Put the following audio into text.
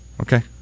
okay